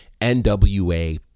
NWA